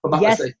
yes